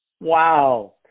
Wow